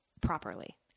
properly